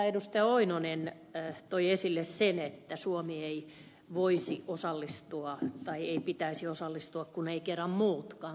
pentti oinonen toi esille että suomen ei pitäisi osallistua lentoliikenteen päästökauppaan kun kerran muutkaan eivät osallistu